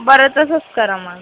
बरं तसंच करा मग